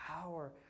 power